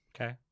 Okay